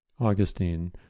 Augustine